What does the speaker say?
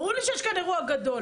ברור לי שיש כאן אירוע גדול.